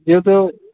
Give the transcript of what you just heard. যেহেতু